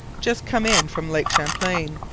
just come in from lake champlain.